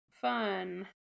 Fun